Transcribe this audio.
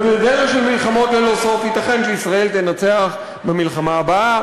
ובדרך של מלחמות ללא סוף ייתכן שישראל תנצח במלחמה הבאה